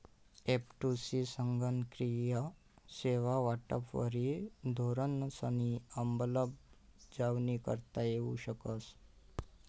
एफ.टु.सी संगणकीय सेवा वाटपवरी धोरणंसनी अंमलबजावणी करता येऊ शकस